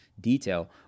detail